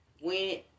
went